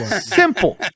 Simple